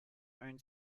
own